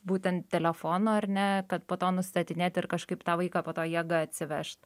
būtent telefono ar ne kad po to nustatinėt ir kažkaip tą vaiką po to jėga atsivežt